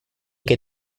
que